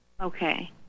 Okay